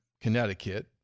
Connecticut